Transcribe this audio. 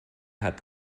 hat